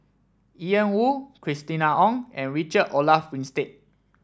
Ian Woo Christina Ong and Richard Olaf Winstedt